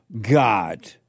God